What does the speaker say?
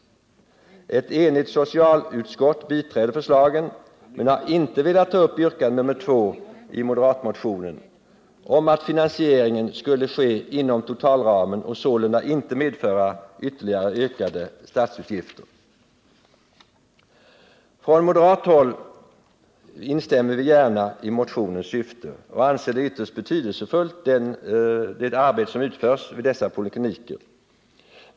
Ett enigt socialutskott biträder förslagen men har inte velat ta upp yrkandet nr2 i m-motionen om att finansieringen skulle ske inom totalramen och sålunda inte medföra ytterligare ökade statsutgifter. Från moderat håll instämmer vi gärna i motionens syfte och anser det arbete ytterst betydelsefullt som utförs vid dessa polikliniker.